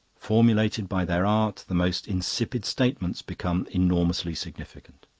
formulated by their art the most insipid statements become enormously significant.